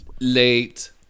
late